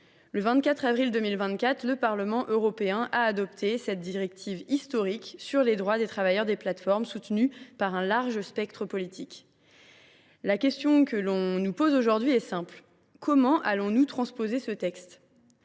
Le 24 avril 2024, le Parlement européen a adopté une directive historique sur les droits des travailleurs des plateformes, soutenue par un large spectre politique. La question posée aujourd’hui est simple : comment allons nous transposer ce texte ?